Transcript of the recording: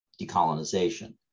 decolonization